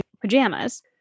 pajamas